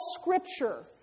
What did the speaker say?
Scripture